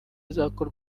izakora